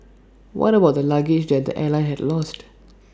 what about the luggage that the airline had lost